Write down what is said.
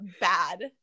bad